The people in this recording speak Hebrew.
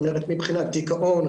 מבחינת דיכאון,